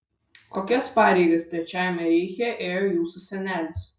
kokias pareigas trečiajame reiche ėjo jūsų senelis